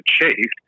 achieved